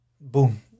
boom